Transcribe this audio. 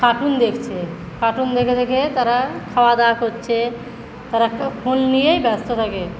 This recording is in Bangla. কার্টুন দেখছে কার্টুন দেখে দেখে তারা খাওয়াদাওয়া করছে তারা ফোন নিয়েই ব্যস্ত থাকে